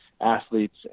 athletes